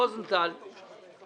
מטפלים בכל.